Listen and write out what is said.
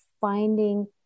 finding